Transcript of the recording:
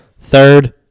third